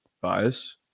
Bias